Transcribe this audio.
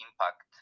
impact